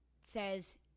says